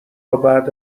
بعد